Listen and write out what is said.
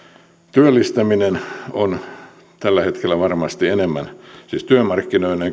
työllistäminen on tällä hetkellä varmasti enemmän siis työmarkkinoiden